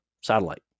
satellite